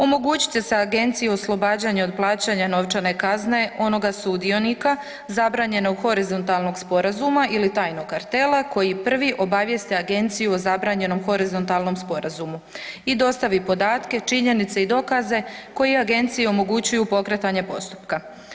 Omogućit će se Agenciji oslobađanje od plaćanja novčane kazne onoga sudionika zabranjenog horizontalnog sporazuma ili tajnog kartela koji prvi obavijesti Agenciju o zabranjenom horizontalnom sporazumu i dostavi podatke, činjenice i dokaze koji Agenciji omogućuju pokretanje postupka.